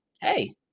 hey